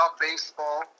baseball